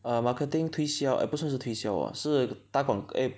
err marketing 推销 err 不算是推销 ah 是打广 eh